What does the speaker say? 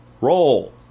roll